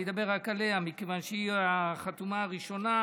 אני אדבר רק עליה, מכיוון שהיא החתומה הראשונה,